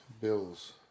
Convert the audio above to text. Bills